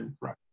Right